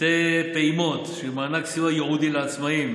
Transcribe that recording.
שתי פעימות של מענק סיוע ייעודי לעצמאים